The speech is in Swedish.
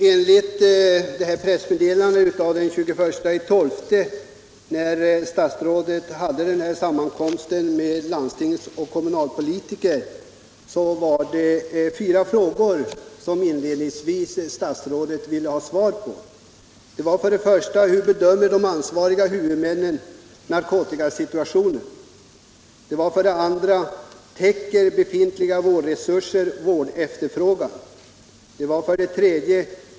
Herr talman! Enligt pressmeddelandet av den 21 december, när statsrådet hade sammankomsten med landstings och kommunalpolitiker, var det fyra frågor som statsrådet inledningsvis ville ha svar på: 3.